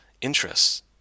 interests